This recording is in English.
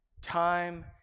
Time